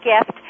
gift